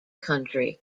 country